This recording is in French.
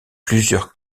plusieurs